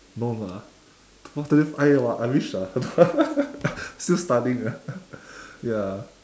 no lah I tell you I !wah! I wish ah still studying ya